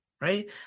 right